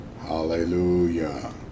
Hallelujah